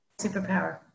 superpower